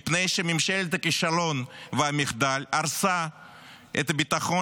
מפני שממשלת הכישלון והמחדל הרסה את ביטחון